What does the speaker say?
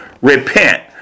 repent